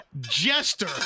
jester